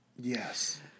Yes